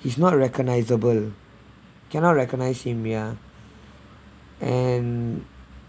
he's not recognisable cannot recognise him ya and